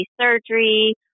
surgery